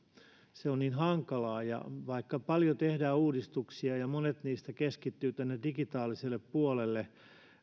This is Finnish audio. se on niin hankalaa että vaikka tehdään paljon uudistuksia ja monet niistä keskittyvät digitaaliselle puolelle